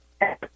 Yes